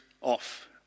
off